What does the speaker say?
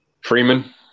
Freeman